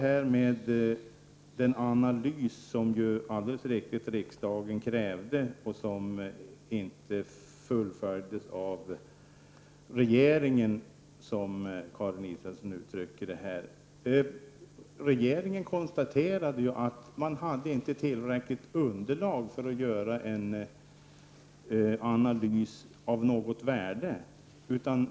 Sedan till en analys som riksdagen alldeles riktigt krävde, men som inte fullföljdes av regeringen, som Karin Israelsson här uttryckte det. Regeringen konstaterade att man inte hade ett tillräckligt underlag för att kunna göra en analys av något värde.